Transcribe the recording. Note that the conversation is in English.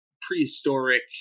prehistoric